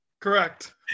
Correct